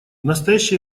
настоящее